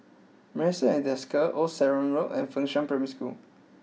Marrison at Desker Old Sarum Road and Fengshan Primary School